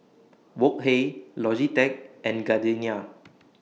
Wok Hey Logitech and Gardenia